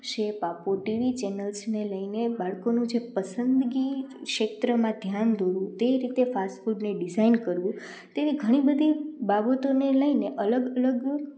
shape આપવું TV ચેનલ્સને લઈને બાળકોનું જે પસંદગી ક્ષેત્રમાં ધ્યાન દોરવું તે રીતે ફાસ્ટફૂડને ડિઝાઇન કરવું તેવી ઘણી બધી બાબતોને લઈને અલગ અલગ